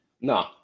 No